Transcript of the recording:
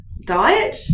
Diet